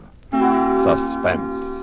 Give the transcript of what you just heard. Suspense